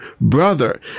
brother